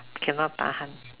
cannot tahan